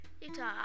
Utah